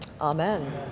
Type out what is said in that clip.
Amen